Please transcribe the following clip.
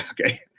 Okay